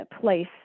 place